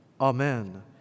Amen